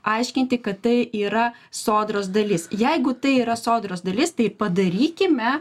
aiškinti kad tai yra sodros dalis jeigu tai yra sodros dalis tai padarykime